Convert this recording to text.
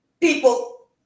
people